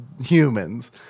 humans